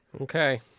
Okay